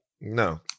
No